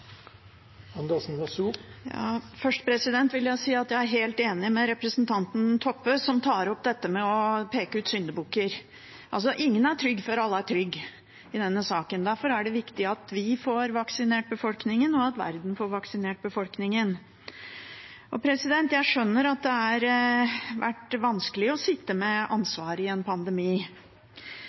helt enig med representanten Toppe, som tar opp dette med å peke ut syndebukker. Ingen er trygge før alle er trygge i denne saken. Derfor er det viktig at vi får vaksinert befolkningen, og at verden får vaksinert befolkningen. Jeg skjønner at det har vært vanskelig å sitte med ansvaret i en pandemi. Men kritikken som treffer på akkurat det som alle visste, nemlig at den mest sannsynlige krisen som kunne treffe oss, var en pandemi,